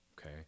okay